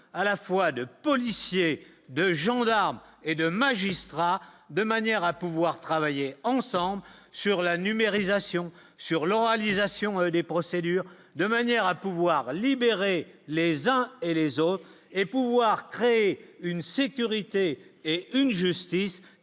à la fois de policiers, de gendarmes et de magistrats, de manière à pouvoir travailler ensemble sur la numérisation sur l'an Lisa Sion des procédures de manière à pouvoir libérer les uns et les autres et pouvoir créer une sécurité et une justice